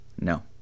No